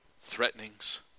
threatenings